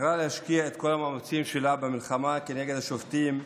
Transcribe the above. בחרה להשקיע את כל המאמצים שלה במלחמה נגד השופטים,